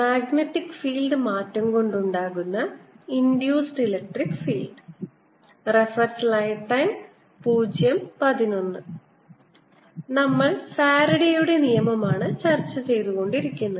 magnetic field മാറ്റം കൊണ്ടുണ്ടാകുന്ന induced electric field നമ്മൾ ഫാരഡെയുടെ നിയമമാണ് ചർച്ച ചെയ്തുകൊണ്ടിരിക്കുന്നത്